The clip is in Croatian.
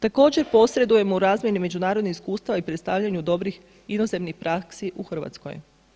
Također posredujemo u razmjeni međunarodnih iskustava i predstavljanju dobrih inozemnih praksi u Hrvatskoj.